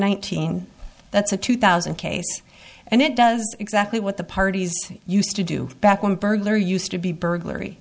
teen that's a two thousand case and it does exactly what the parties used to do back when a burglar used to be burglary